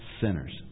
sinners